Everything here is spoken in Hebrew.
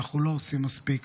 ואנחנו לא עושים מספיק.